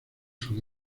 sus